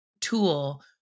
tool